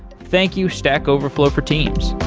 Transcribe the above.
thank you stack overflow for teams.